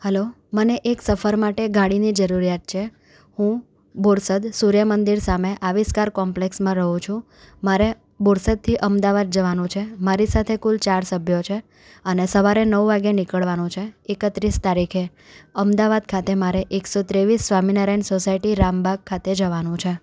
hello મને એક સફર માટે એક ગાડીની જરૂરિયાત છે હું બોરસદ સૂર્ય મંદિર સામે આવિષ્કાર કોમ્પ્લેક્સમાં રહું છું મારે બોરસદથી અમદાવાદ જવાનું છે મારી સાથે કુલ ચાર સભ્યો છે અને સવારે નવ વાગ્યે નીકળવાનું છે એકત્રીસ તારીખે અમદાવાદ ખાતે મારે એકસો ત્રેવીસ સ્વામિનારાયણ સોસાયટી રામબાગ ખાતે જવાનું છે